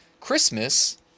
Christmas